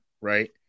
right